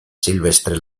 silvestre